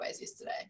yesterday